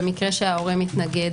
במקרה שההורה מתנגד,